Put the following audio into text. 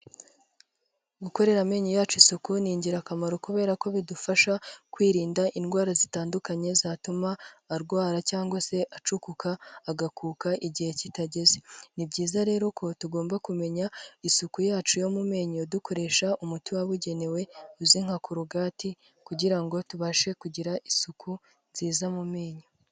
Gukorera amenyo yacu isuku ni ingirakamaro kubera ko bidufasha kwirinda indwara zitandukanye zatuma arwara cyangwa se acukuka agakuka igihe kitageze. Ni byiza rero ko tugomba kumenya isuku yacu yo mu menyo dukoresha umuti wabugenewe uziwi nka korogati kugira ngo tubashe kugira isuku nziza mu menyo.